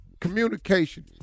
communication